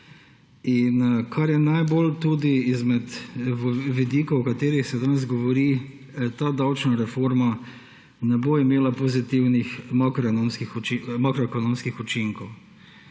In kar je najpomembnejše izmed vidikov, o katerih se danes govori – ta davčna reforma ne bo imela pozitivnih makroekonomskih učinkov.